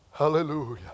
Hallelujah